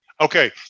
Okay